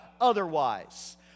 otherwise